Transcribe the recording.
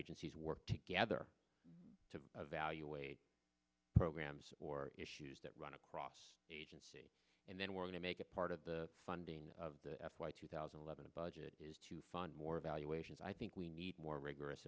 agencies work together to evaluate programs or issues that run across agency and then we're going to make it part of the funding of two thousand and eleven budget is to find more evaluations i think we need more rigorous